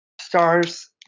Stars